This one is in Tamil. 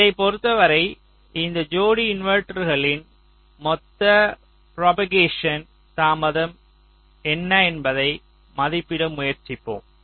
இதைப் பொறுத்தவரை இந்த ஜோடி இன்வெர்ட்டர்களின் மொத்த ப்ரோபக்கேஷன் தாமதம் என்ன என்பதை மதிப்பிட முயற்சிப்போம்